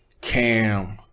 Cam